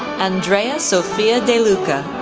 andrea sofia de luca,